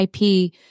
IP